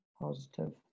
positive